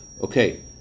Okay